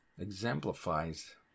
exemplifies